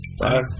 Bye